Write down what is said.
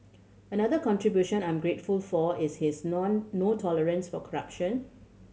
another contribution I'm grateful for is his none no tolerance for corruption